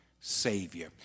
savior